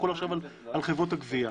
יחול עכשיו על חברות הגבייה.